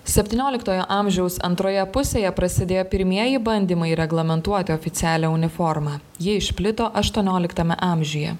septynioliktojo amžiaus antroje pusėje prasidėjo pirmieji bandymai reglamentuoti oficialią uniformą ji išplito aštuonioliktame amžiuje